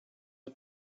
the